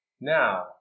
Now